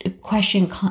question